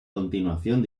continuación